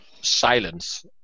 silence